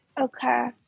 Okay